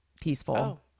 peaceful